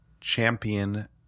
champion